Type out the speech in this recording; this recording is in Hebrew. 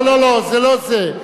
לא לא לא, זה לא זה.